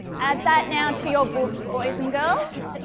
add that now to your books boys and girls.